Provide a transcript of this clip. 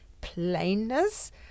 plainness